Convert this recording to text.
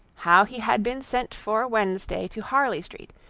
how he had been sent for wednesday to harley street,